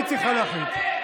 היא צריכה להחליט.